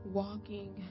walking